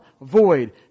void